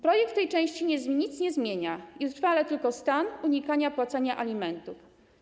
Projekt w tej części nic nie zmienia, utrwala tylko stan unikania płacenia alimentów.